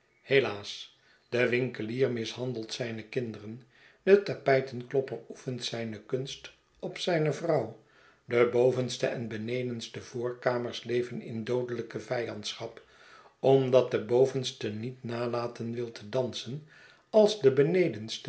helaas de winkelier mishandelt zijne kinderen de tapijtenklopper oefent zijne kunst op zijne vrouw de bovenste en benedenste voorkamers leven in doodelijke vijandschap omdat de bovenste niet nalaten wil te dansen als de benedenste